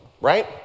right